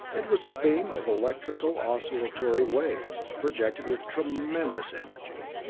it was a beam of electrical oscillatory waves, projected with tremendous energy,